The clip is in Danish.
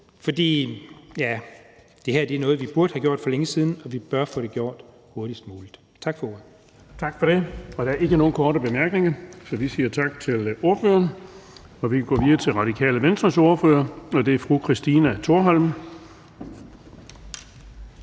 for det her er noget, vi burde have gjort for længe siden, og vi bør få det gjort hurtigst muligt. Tak for ordet. Kl. 18:02 Den fg. formand (Erling Bonnesen): Tak for det. Der er ikke nogen korte bemærkninger, så vi siger tak til ordføreren. Vi kan gå videre til Radikale Venstres ordfører, og det er fru Christina Thorholm.